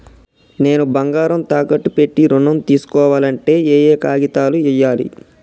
నేను బంగారం తాకట్టు పెట్టి ఋణం తీస్కోవాలంటే ఏయే కాగితాలు ఇయ్యాలి?